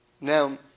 Now